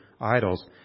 idols